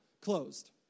closed